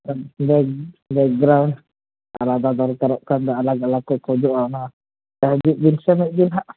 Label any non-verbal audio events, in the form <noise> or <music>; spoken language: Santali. <unintelligible> ᱵᱮᱠᱜᱨᱟᱣᱩᱱᱰ ᱟᱞᱟᱫᱟ ᱫᱚᱨᱠᱟᱨᱚᱜ ᱠᱟᱱᱫᱚ ᱟᱞᱟᱜ ᱟᱞᱟᱜᱠᱚ ᱠᱷᱚᱡᱚᱜᱼᱟ ᱚᱱᱟ ᱟᱭ ᱰᱤ <unintelligible> ᱱᱟᱦᱟᱸᱜ